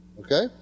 okay